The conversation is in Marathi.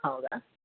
हो का